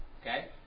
Okay